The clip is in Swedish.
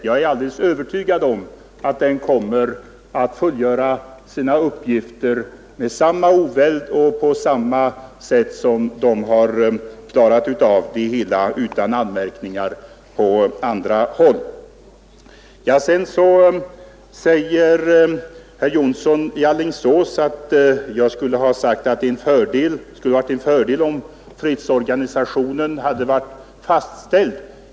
Jag är helt övertygad om att de kommer att fullgöra sina uppgifter med samma oväld och på samma sätt som de har klarat av sina åligganden utan anmärkningar på andra håll. Enligt herr Jonsson i Alingsås skulle jag ha sagt att det vore en fördel om fredsorganisationen hade varit fastställd.